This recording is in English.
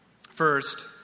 First